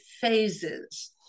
phases